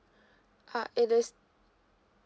uh it is